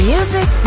Music